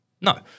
No